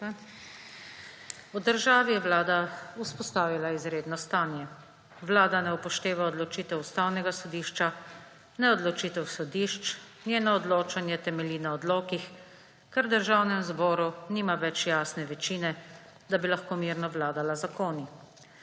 V državi je vlada vzpostavila izredno stanje. Vlada ne upošteva odločitev Ustavnega sodišča, ne odločitev sodišč, njeno odločanje temelji na odlokih, ker v Državnem zboru nima več jasne večine, da bi lahko mirno vladala z zakoni.